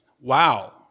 Wow